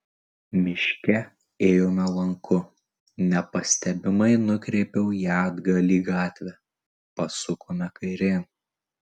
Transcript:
miške ėjome lanku nepastebimai nukreipiau ją atgal į gatvę pasukome kairėn